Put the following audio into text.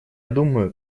думаю